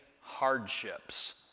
hardships